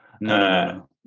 no